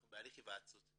אנחנו בהליך היוועצות.